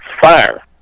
fire